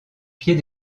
pied